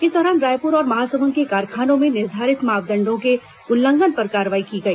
इस दौरान रायपुर और महासमुंद के कारखानों में निर्धारित मापदंडों के उल्लंघन पर कार्रवाई की गई